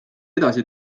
edasi